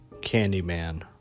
Candyman